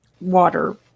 water